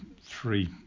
three